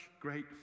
great